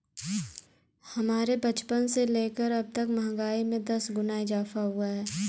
हमारे बचपन से लेकर अबतक महंगाई में दस गुना इजाफा हुआ है